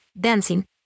dancing